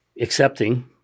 accepting